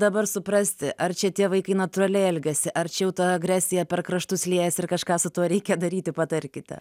dabar suprasti ar čia tie vaikai natūraliai elgiasi ar čia jau ta agresija per kraštus liejasi ir kažką su tuo reikia daryti patarkite